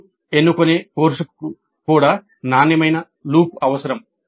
మరియు ఎన్నుకునే కోర్సుకు కూడా నాణ్యమైన లూప్ అవసరం